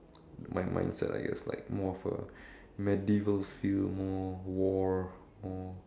my mindset I guess like more of a medieval feel more war more